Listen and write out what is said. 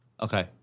Okay